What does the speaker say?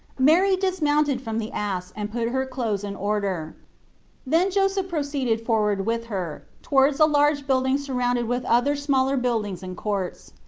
mary dismounted from the ass and put her clothes in order then joseph pro ceeded forward with her towards a large building surrounded with other smaller buildings and courts.